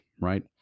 right